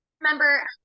remember